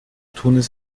tunis